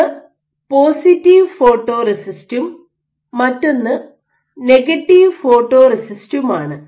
ഒന്ന് പോസിറ്റീവ് ഫോട്ടോറെസിസ്റ്റും മറ്റൊന്ന് നെഗറ്റീവ് ഫോട്ടോറെസിസ്റ്റുമാണ്